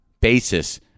basis